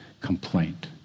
Complaint